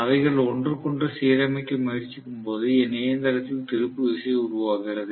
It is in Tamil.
அவைகள் ஒன்றுக்கொன்று சீரமைக்க முயற்சிக்கும்போது என் இயந்திரத்தில் திருப்பு விசை உருவாகிறது